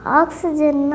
oxygen